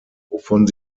wovon